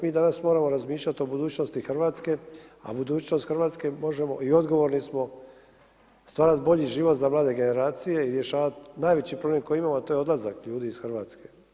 Mi danas moramo razmišljati o budućnosti Hrvatske, a budućnost Hrvatske možemo, i odgovorni smo stvarat bolji život za mlade generacije i rješavati najveći problem koji imamo, a to je odlazak ljudi iz Hrvatske.